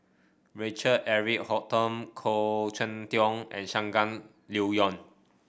Richard Eric Holttum Khoo Cheng Tiong and Shangguan Liuyun